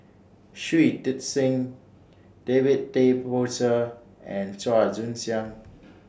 Shui Tit Sing David Tay Poey Cher and Chua Joon Siang